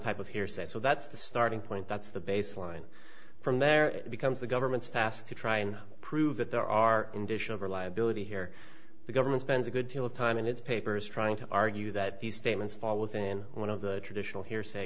type of hearsay so that's the starting point that's the baseline from there becomes the government's task to try and prove that there are reliability here the government spends a good deal of time in its papers trying to argue that these statements fall within one of the traditional he